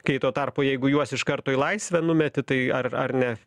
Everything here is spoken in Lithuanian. kai tuo tarpu jeigu juos iš karto į laisvę numeti tai ar ar ne